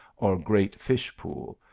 or great fish-pool,